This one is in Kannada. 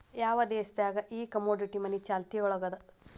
ಯಾವ್ ದೇಶ್ ದಾಗ್ ಈ ಕಮೊಡಿಟಿ ಮನಿ ಚಾಲ್ತಿಯೊಳಗದ?